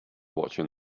watching